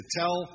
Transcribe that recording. tell